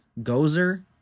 Gozer